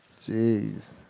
Jeez